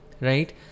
right